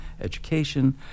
education